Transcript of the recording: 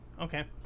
Okay